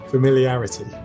familiarity